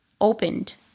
opened